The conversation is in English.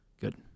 Good